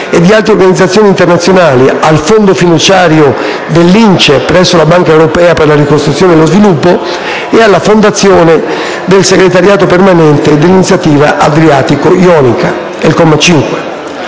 e di altre organizzazioni internazionali, al fondo fiduciario dell'INCE presso la Banca europea per la ricostruzione e lo sviluppo e alla Fondazione segretariato permanente dell'iniziativa adriatico-ionica (al comma